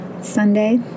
Sunday